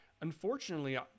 Unfortunately